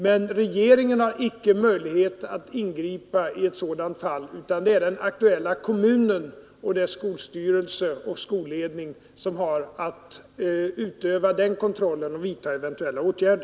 Men regeringen har icke möjlighet att ingripa i ett sådant fall, 187